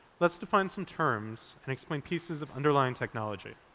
let's define some terms and explain pieces of underlying technology.